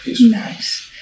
Nice